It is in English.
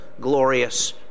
glorious